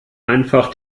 einfach